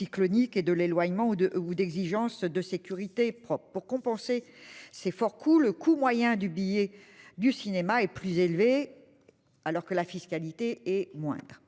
et de l'éloignement ou de, ou d'exigences de sécurité propre pour compenser. C'est fort coût, le coût moyen du billet du cinéma est plus élevé. Alors que la fiscalité est moindre.